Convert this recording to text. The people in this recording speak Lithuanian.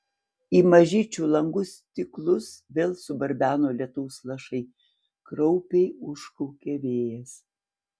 į mažyčių langų stiklus vėl subarbeno lietaus lašai kraupiai užkaukė vėjas